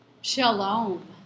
Shalom